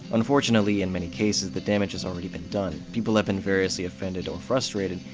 unfortunately, in many cases, the damage has already been done. people have been variously offended or frustrated,